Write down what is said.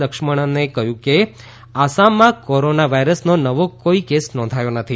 લક્ષ્મણને કહ્યું છે કે આસામમાં કોરોના વાઈરસનો નવો કોઈ કેસ નોંધાયો નથી